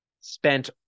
spent